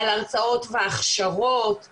על הרצאות והכשרות,